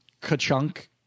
ka-chunk